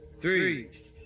three